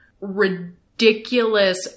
ridiculous